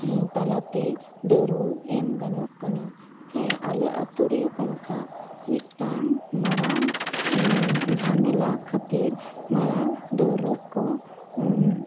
ᱛᱟᱞᱟᱛᱮ ᱰᱟᱹᱣᱨᱟᱹᱜ ᱮᱢ ᱜᱟᱱᱚᱜ ᱠᱟᱱᱟ ᱦᱮᱸ ᱟᱞᱮ ᱟᱛᱳ ᱨᱮ ᱚᱱᱠᱟ ᱢᱤᱫᱴᱟᱝ ᱢᱟᱨᱟᱝ ᱡᱷᱟᱢᱮᱞᱟ ᱠᱷᱟᱹᱛᱤᱨ ᱢᱟᱨᱟᱝ ᱰᱟᱹᱣᱨᱟᱹᱜ ᱠᱚ